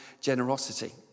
generosity